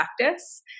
practice